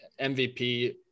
MVP